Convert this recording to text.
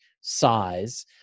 size